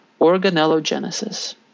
Organellogenesis